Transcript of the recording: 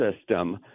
system –